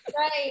Right